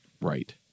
Right